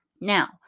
Now